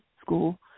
school